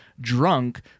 drunk